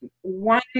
one